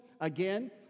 again